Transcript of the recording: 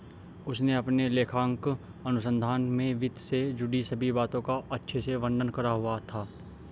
उसने अपने लेखांकन अनुसंधान में वित्त से जुड़ी सभी बातों का अच्छे से वर्णन करा हुआ था